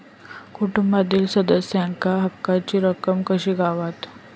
कुटुंबातील सदस्यांका हक्काची रक्कम कशी गावात?